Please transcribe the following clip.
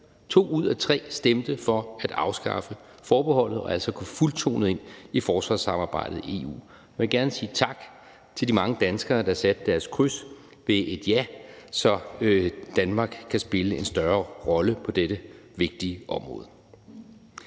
To ud af tre stemte for at afskaffe forbeholdet og altså gå fuldtonet ind i forsvarssamarbejdet i EU, og jeg vil gerne sige tak til de mange danskere, der satte deres kryds ved et ja, så Danmark kan spille en større rolle på dette vigtige område.